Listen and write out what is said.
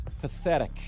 Pathetic